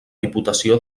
diputació